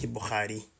Bukhari